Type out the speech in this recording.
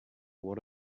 what